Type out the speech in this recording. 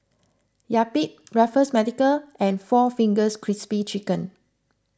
Yupi Raffles Medical and four Fingers Crispy Chicken